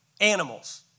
animals